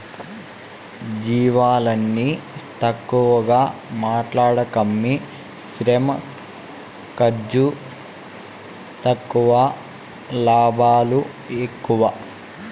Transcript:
జీవాలని తక్కువగా మాట్లాడకమ్మీ శ్రమ ఖర్సు తక్కువ లాభాలు ఎక్కువ